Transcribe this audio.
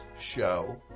Show